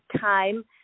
time